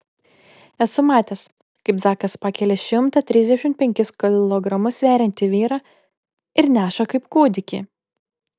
esu matęs kaip zakas pakelia šimtą trisdešimt penkis kilogramus sveriantį vyrą ir neša kaip kūdikį